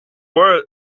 wait